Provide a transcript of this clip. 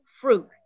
Fruit